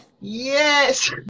Yes